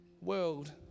world